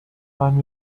find